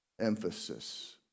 emphasis